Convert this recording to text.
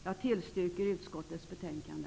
Jag tillstyrker utskottets betänkande.